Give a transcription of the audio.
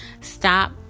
Stop